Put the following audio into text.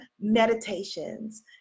meditations